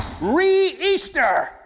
re-Easter